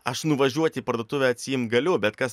aš nuvažiuoti į parduotuvę atsiimt galiu bet kas